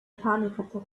panikattacke